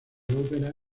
ópera